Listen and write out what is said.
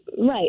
right